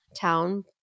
town